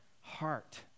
heart